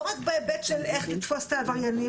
לא רק בהיבט של איך לתפוס את העבריינים